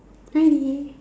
really